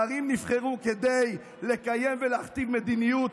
שרים נבחרו כדי לקיים ולהכתיב מדיניות.